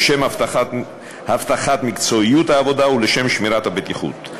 לשם הבטחת מקצועיות העבודה ולשם שמירת הבטיחות,